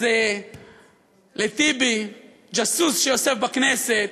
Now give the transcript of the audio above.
אז לטיבי, ג'אסוס שיושב בכנסת,